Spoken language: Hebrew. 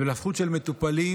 ולזכות של מטופלים,